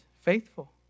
faithful